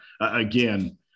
again